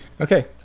Okay